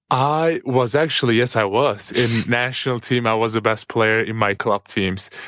i was actually, yes, i was. in national team, i was the best player. in my club teams,